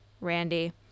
Randy